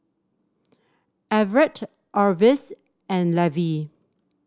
Everet Orvis and Levy